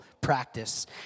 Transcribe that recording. practice